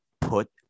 Put